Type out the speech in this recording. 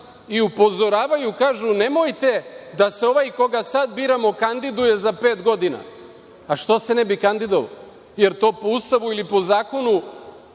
Upozoravaju, kažu – nemojte da se ovaj koga sada bira kandiduje za pet godina. Zašto se ne bi kandidovao, jer to po Ustavu ili po zakonu